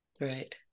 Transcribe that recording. Right